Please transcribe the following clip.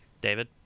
David